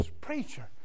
preacher